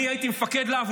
אני הייתי מפקד להב,